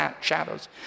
shadows